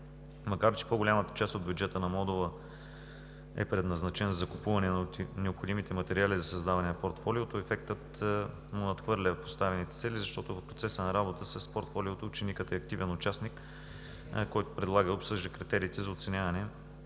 Макар че по-голямата част от бюджета на модула е предназначен за закупуване на необходимите материали за създаване на портфолиото, ефектът му надхвърля поставените цели, защото в процеса на работа с портфолиото ученикът е активен участник, който предлага и обсъжда критериите за оценяване